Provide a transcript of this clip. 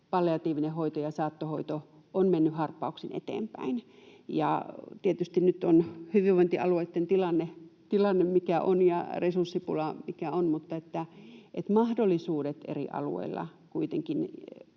palliatiivinen hoito ja saattohoito ovat menneet harppauksin eteenpäin. Tietysti nyt on hyvinvointialueitten tilanne mikä on ja resurssipula mikä on, mutta mahdollisuudet eri alueilla kuitenkin